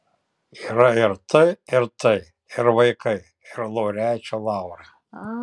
yra ir tai ir tai ir vaikai ir laureačių laurai